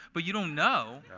but you don't know.